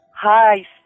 Hi